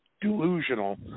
delusional